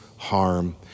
harm